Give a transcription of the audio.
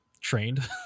trained